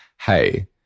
Hey